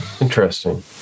Interesting